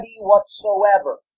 whatsoever